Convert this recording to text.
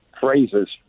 phrases